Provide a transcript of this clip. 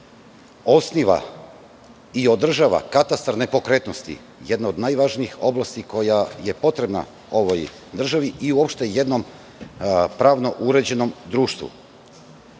osniva i održava katastar nepokretnosti jedne od najvažnijih oblasti koja je potrebna ovoj državi i uopšte jednom pravno uređenom društvu.